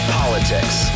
politics